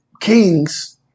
kings